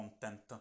content